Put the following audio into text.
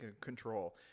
control